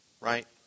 right